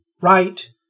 right